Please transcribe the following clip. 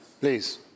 Please